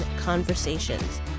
conversations